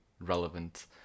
relevant